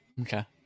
okay